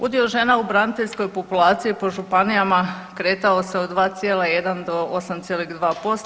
Udio žena u braniteljskoj populaciji po županijama kretao se od 2,1 do 8,25.